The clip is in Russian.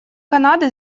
канады